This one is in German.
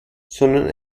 sondern